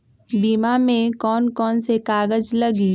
बीमा में कौन कौन से कागज लगी?